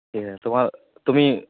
তোমাৰ তুমি